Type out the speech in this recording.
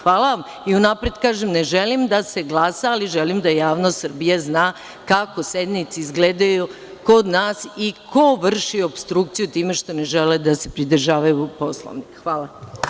Hvala vam, i u napred kažem, ne želim da se glasa ali želim da javnost Srbije zna kako sednice izgledaju kod nas i ko vrši opstrukciju time što ne žele da se pridržavaju ovog Poslovnika.